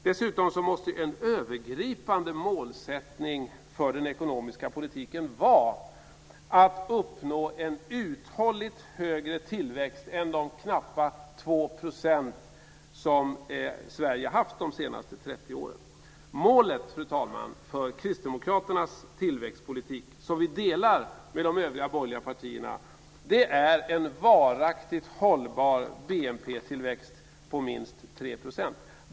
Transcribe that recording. Dessutom måste en övergripande målsättning för den ekonomiska politiken vara att uppnå en uthålligt högre tillväxt än de knappa 2 % som Sverige har haft de senaste 30 åren. Målet för kristdemokraternas tillväxtpolitik, som vi delar med de övriga borgerliga partierna, fru talman, är en varaktigt hållbar BNP tillväxt på minst 3 %.